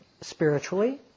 spiritually